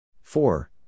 Four